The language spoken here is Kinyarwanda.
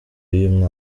y’uyu